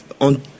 on